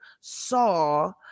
saw